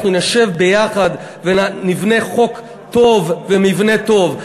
אנחנו נשב יחד ונבנה חוק טוב ומבנה טוב.